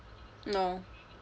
no